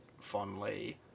fondly